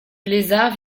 lézard